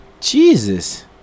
Jesus